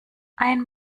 ein